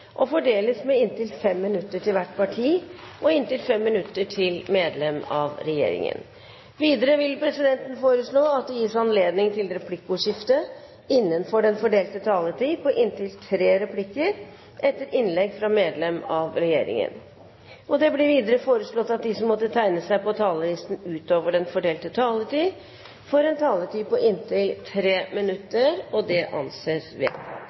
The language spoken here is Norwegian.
og fordeles med inntil 5 minutter til hvert parti og inntil 5 minutter til medlem av regjeringen. Videre vil presidenten foreslå at det gis anledning til replikkordskifte på inntil tre replikker med svar etter innlegg fra medlem av regjeringen innenfor den fordelte taletid. Det blir videre foreslått at de som måtte tegne seg på talerlisten utover den fordelte taletid, får en taletid på inntil 3 minutter. – Det anses